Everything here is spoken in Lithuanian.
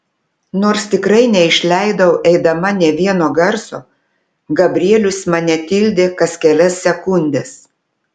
nors tikrai neišleidau eidama nė vieno garso gabrielius mane tildė kas kelias sekundes